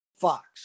Fox